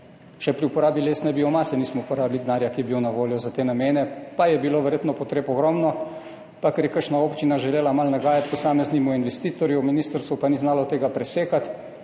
Še pri uporabi lesne biomase nismo porabili denarja, ki je bil na voljo za te namene, pa je bilo verjetno ogromno potreb in ker je kakšna občina želela malo nagajati posameznemu investitorju, ministrstvo pa ni znalo tega presekati,